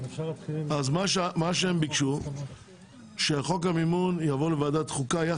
הם ביקשו שחוק המימון יבוא לוועדת חוקה.